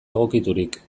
egokiturik